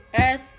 earth